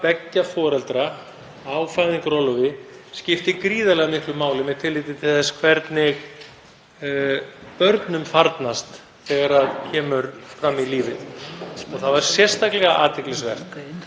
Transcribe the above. beggja foreldra á fæðingarorlofi skipti gríðarlega miklu máli með tilliti til þess hvernig börnum farnast þegar kemur fram í lífið. Það var sérstaklega athyglisvert